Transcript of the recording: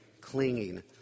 clinging